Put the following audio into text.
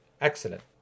Excellent